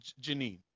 janine